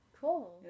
Cool